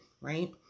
right